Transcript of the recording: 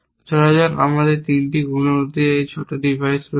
ধরা যাক আমাদের 3 গুণক দিয়ে তৈরি একটি ছোট ডিভাইস রয়েছে